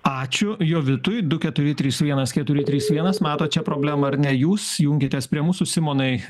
ačiū jovitui du keturi trys vienas keturi trys vienas matot čia problemą ar ne jūs jungiatės prie mūsų simonai